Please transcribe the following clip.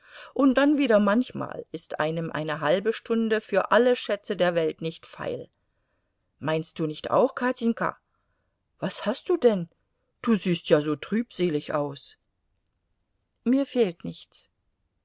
und dann wieder manchmal ist einem eine halbe stunde für alle schätze der welt nicht feil meinst du nicht auch katjenka was hast du denn du siehst ja so trübselig aus mir fehlt nichts